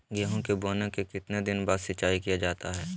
गेंहू के बोने के कितने दिन बाद सिंचाई किया जाता है?